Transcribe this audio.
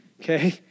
Okay